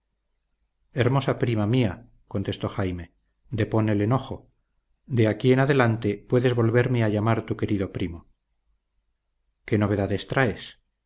hermosa prima mía contestó jaime depón el enojo de aquí en adelante puedes volverme a llama tu querido primo qué novedades traes